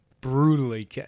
brutally